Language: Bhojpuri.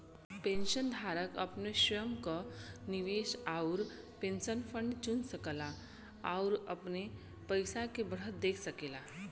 पेंशनधारक अपने स्वयं क निवेश आउर पेंशन फंड चुन सकला आउर अपने पइसा के बढ़त देख सकेला